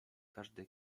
każde